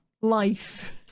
life